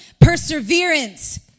perseverance